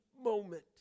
moment